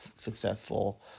successful